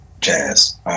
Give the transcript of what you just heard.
Jazz